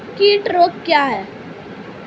कीट रोग क्या है?